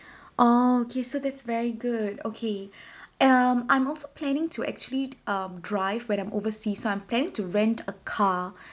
oh okay so that's very good okay um I'm also planning to actually um drive when I'm oversee so I'm planning to rent a car